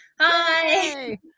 Hi